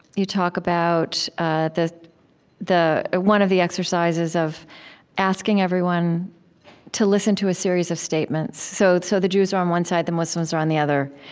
you talk about ah the the ah one of the exercises, of asking everyone to listen to a series of statements. so so the jews are on one side, the muslims are on the other,